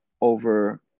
over